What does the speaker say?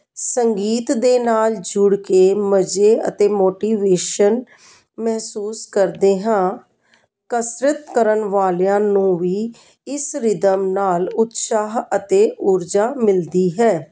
ਸੰਗੀਤ ਦੇ ਨਾਲ ਜੁੜ ਕੇ ਮਜ਼ੇ ਅਤੇ ਮੋਟੀਵੇਸ਼ਨ ਮਹਿਸੂਸ ਕਰਦੇ ਹਾਂ ਕਸਰਤ ਕਰਨ ਵਾਲਿਆਂ ਨੂੰ ਵੀ ਇਸ ਰਿਦਮ ਨਾਲ ਉਤਸ਼ਾਹ ਅਤੇ ਊਰਜਾ ਮਿਲਦੀ ਹੈ